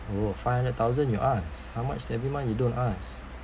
oh five hundred thousand you ask how much every month you don't ask